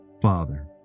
Father